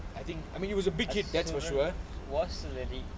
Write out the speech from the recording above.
I think I mean he was a big hit that's for sure